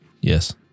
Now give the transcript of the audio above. Yes